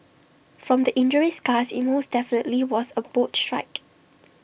from the injury scars IT most definitely was A boat strike